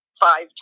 five